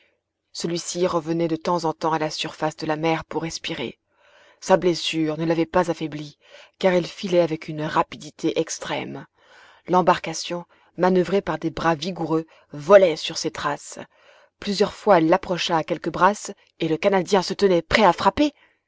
celui-ci revenait de temps en temps à la surface de la mer pour respirer sa blessure ne l'avait pas affaibli car il filait avec une rapidité extrême l'embarcation manoeuvrée par des bras vigoureux volait sur ses traces plusieurs fois elle l'approcha à quelques brasses et le canadien se tenait prêt à frapper